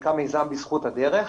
שנקרא מיזם בזכות הדרך.